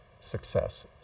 success